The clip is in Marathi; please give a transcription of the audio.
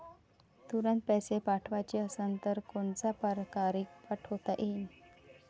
तुरंत पैसे पाठवाचे असन तर कोनच्या परकारे पाठोता येईन?